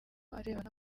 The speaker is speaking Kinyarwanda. arebana